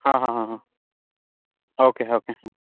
ಹಾಂ ಹಾಂ ಹಾಂ ಹಾಂ ಓಕೆ ಓಕೆ ಹ್ಞೂ